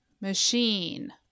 Machine